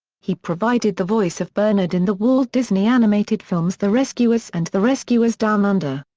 he provided the voice of bernard in the walt disney animated films the rescuers and the rescuers down under.